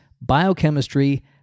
biochemistry